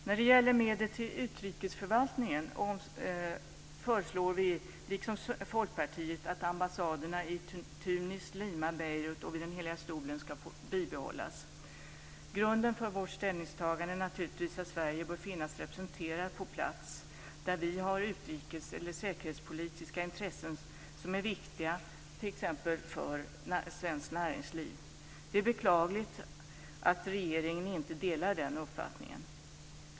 När det gäller medel till utrikesförvaltningens område vill vi liksom Folkpartiet att ambassaderna i Tunis, Lima, Beirut och vid Heliga stolen ska bibehållas. Grunden för vårt ställningstagande är naturligtvis att Sverige bör finnas representerat på plats där vi har utrikes eller säkerhetspolitiska intressen som är viktiga för bl.a. svenskt näringsliv. Det är beklagligt att regeringen inte delar den uppfattningen.